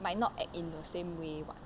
might not act in the same way [what]